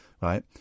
right